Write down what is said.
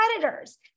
predators